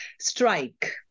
Strike